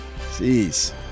Jeez